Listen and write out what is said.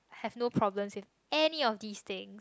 have no problems in any of these things